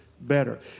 better